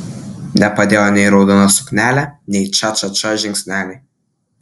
nepadėjo nei raudona suknelė nei ča ča ča žingsneliai